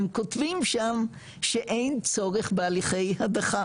הם כותבים שם שאין צורך בהליכי הדחה.